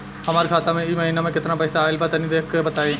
हमरा खाता मे इ महीना मे केतना पईसा आइल ब तनि देखऽ क बताईं?